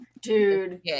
dude